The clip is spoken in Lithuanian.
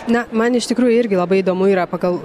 na man iš tikrųjų irgi labai įdomu yra pagal